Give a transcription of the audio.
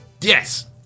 Yes